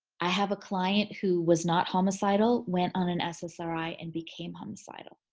i have a client who was not homicidal went on an ssri and became homicidal.